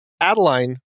Adeline